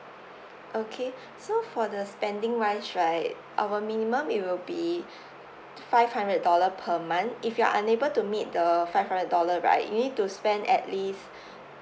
okay so for the spending wise right our minimum it will be five hundred dollar per month if you are unable to meet the five hundred dollar right you need to spend at least